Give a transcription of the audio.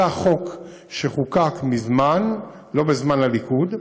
זה החוק שחוקק מזמן, לא בזמן הליכוד,